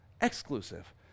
exclusive